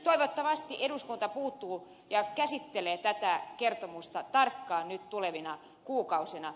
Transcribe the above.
toivottavasti eduskunta puuttuu asiaan ja käsittelee tätä kertomusta tarkkaan nyt tulevina kuukausina